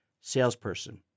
Salesperson